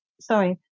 sorry